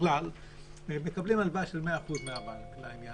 בכלל מקבלים הלוואה של 100% מהבנק לעניין